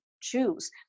choose